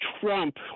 Trump